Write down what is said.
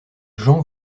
jean